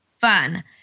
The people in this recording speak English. fun